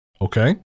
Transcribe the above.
Okay